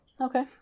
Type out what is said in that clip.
Okay